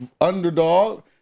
underdog